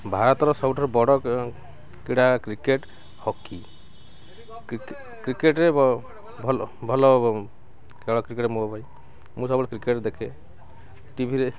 ଭାରତର ସବୁଠାରୁ ବଡ଼ କ୍ରୀଡ଼ା କ୍ରିକେଟ୍ ହକି କ୍ରିକେଟ୍ରେ ଭଲ ଖେଳ କ୍ରିକେଟ୍ ମୋ ପାଇଁ ମୁଁ ସବୁଠୁ କ୍ରିକେଟ୍ ଦେଖେ ଟିଭିରେ